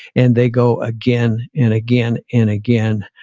and they go again and again and again.